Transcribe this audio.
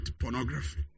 pornography